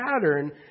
pattern